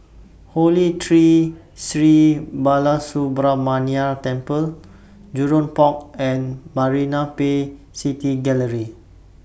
Holy Tree Sri Balasubramaniar Temple Jurong Port and Marina Bay City Gallery